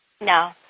No